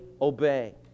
obey